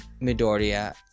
Midoriya